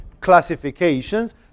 classifications